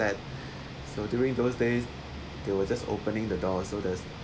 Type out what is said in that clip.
sad so during those days they were just opening the door so there's